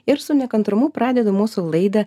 ir su nekantrumu pradedu mūsų laidą